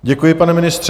Děkuji, pane ministře.